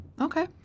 Okay